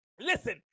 Listen